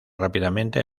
rápidamente